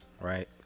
right